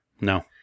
No